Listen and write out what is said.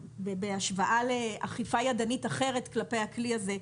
בהשוואה לאכיפה ידנית אחרת כלפי הכלי הזה,